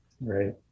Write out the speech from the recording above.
Right